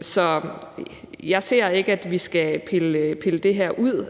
Så jeg ser ikke, at vi skal pille det her ud,